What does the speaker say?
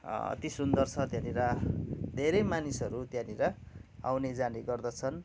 अति सुन्दर छ त्यहाँनिर धेरै मानिसहरू त्यहाँनिर आउने जाने गर्दछन्